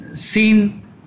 seen